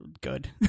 good